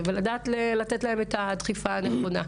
ולדעת לתת להן את הדחיפה הנכונה.